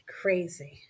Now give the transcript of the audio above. crazy